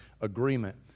Agreement